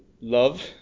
love